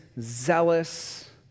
zealous